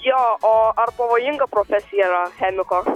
jo o ar pavojinga profesija yra chemiko